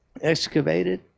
excavated